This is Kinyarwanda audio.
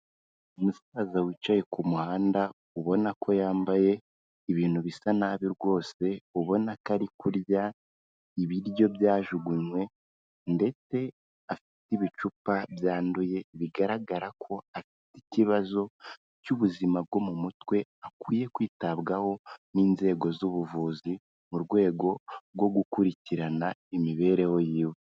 Umusaza wicaye ku muhanda, ubona ko yambaye ibintu bisa nabi rwose, ubona ko ari kurya ibiryo byajugunywe, ndetse afite ibicupa byanduye, bigaragara ko afite ikibazo cy'ubuzima bwo mu mutwe, akwiye kwitabwaho n'inzego z'ubuvuzi mu rwego rwo gukurikirana imibereho yiwe.